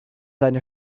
seine